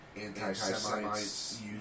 Anti-Semites